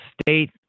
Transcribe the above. state